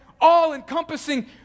all-encompassing